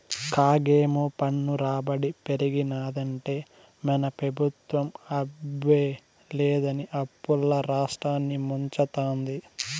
కాగేమో పన్ను రాబడి పెరిగినాదంటే మన పెబుత్వం అబ్బే లేదని అప్పుల్ల రాష్ట్రాన్ని ముంచతాంది